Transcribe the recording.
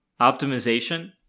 optimization